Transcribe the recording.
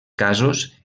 casos